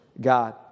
God